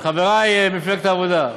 חברי ממפלגת העבודה,